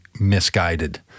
misguided